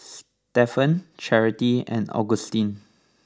Stephen Charity and Augustin